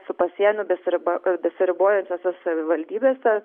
su pasieniu besiriba besiribojančiose savivaldybėse